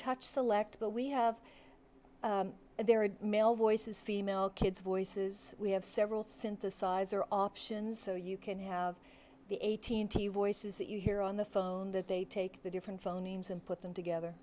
touch select but we have there are male voices female kids voices we have several synthesizer options so you can have the eighteen t voices that you hear on the phone that they take the different phone names and put them together